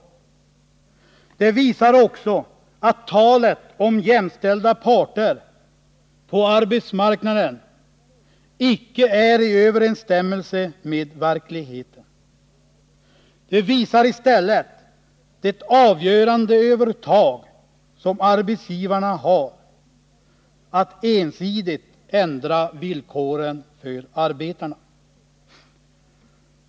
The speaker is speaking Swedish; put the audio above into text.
Vidare visar det att talet om jämställda parter på arbetsmarknaden icke är i överensstämmelse med verkligheten och att arbetsgivarna har ett avgörande övertag genom att de ensidigt kan ändra villkoren för arbetarna.